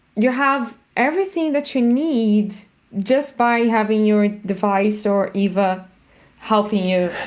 you have everything that you need just by having your device or eva helping you.